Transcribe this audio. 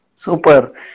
super